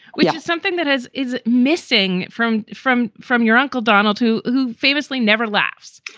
we have something that is is missing from from from your uncle donald, who who famously never laughs.